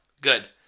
good